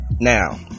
now